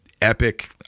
epic